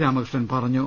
രാമകൃഷ്ണൻ പറഞ്ഞു